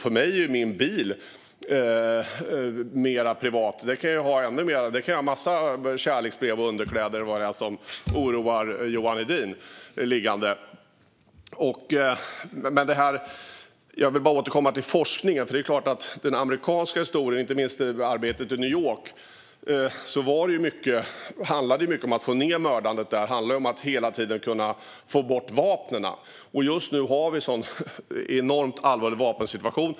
För mig är min bil mer privat. Där kan jag ha en massa kärleksbrev och underkläder liggande, och vad det nu är som oroar Johan Hedin. Jag vill bara återkomma till forskningen. När det gäller den amerikanska historien, inte minst arbetet i New York, handlade mycket om att få ned mördandet. Det handlar om att hela tiden kunna få bort vapnen. Just nu har vi en enormt allvarlig vapensituation.